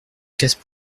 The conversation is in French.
casse